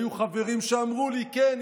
היו חברים שאמרו לי: כן,